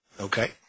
Okay